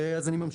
אני ממשיך.